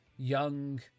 young